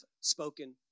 spoken